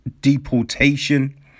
deportation